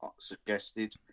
suggested